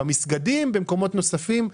במסגדים ובמקומות נוספים.